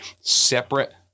separate